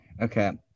Okay